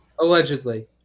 Allegedly